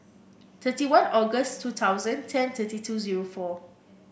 thirty one August two thousand ten thirty two zero four